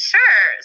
Sure